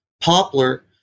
poplar